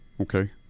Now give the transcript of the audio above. okay